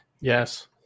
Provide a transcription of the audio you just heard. Yes